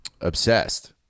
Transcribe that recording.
obsessed